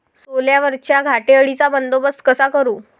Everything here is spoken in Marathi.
सोल्यावरच्या घाटे अळीचा बंदोबस्त कसा करू?